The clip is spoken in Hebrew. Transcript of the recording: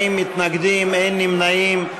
40 מתנגדים, אין נמנעים.